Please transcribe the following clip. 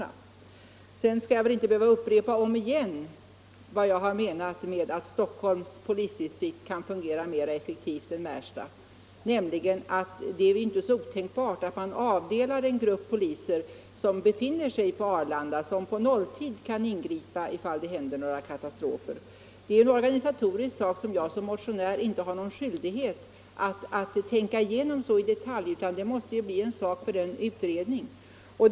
Slutligen skall jag väl inte behöva upprepa ännu en gång vad jag har menat med att Stockholms polisdistrikt kan fungera mera effektivt än distriktet i Märsta, nämligen att det inte är så otänkbart att man avdelar en grupp poliser som befinner sig på Arlanda och på nolltid kan ingripa ifall det händer några katastrofer. Det är en organisatorisk sak som jag som motionär inte har någon skyldighet att tänka igenom så i detalj. Det får bli en sak för utredningen.